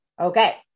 Okay